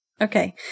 Okay